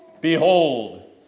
Behold